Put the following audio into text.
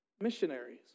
Missionaries